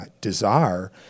desire